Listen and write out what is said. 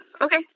Okay